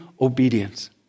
obedience